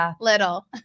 little